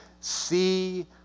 see